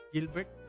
Gilbert